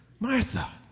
Martha